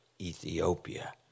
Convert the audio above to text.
Ethiopia